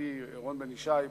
ידידי רון בן-ישי ב-Ynet.